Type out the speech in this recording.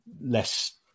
less